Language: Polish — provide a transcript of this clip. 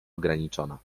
ograniczona